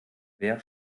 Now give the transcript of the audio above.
wer